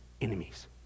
enemies